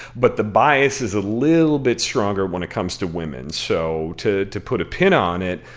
but the bias is a little bit stronger when it comes to women. so to to put a pin on it,